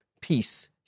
peace